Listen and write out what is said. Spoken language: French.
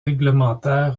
réglementaires